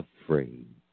afraid